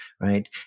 right